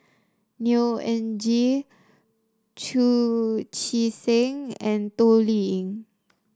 Neo Anngee Chu Chee Seng and Toh Liying